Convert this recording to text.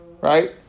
right